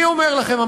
אני אומר לכם,